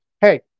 hey